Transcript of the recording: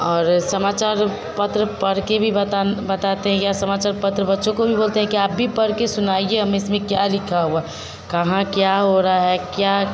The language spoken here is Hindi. और समाचार पत्र पढ़कर भी बता बताते हैं या समाचार पत्र बच्चों को भी बोलते हैं कि आप भी पढ़कर सुनाइए हमें इसमें क्या लिखा हुआ है कहाँ क्या हो रहा है क्या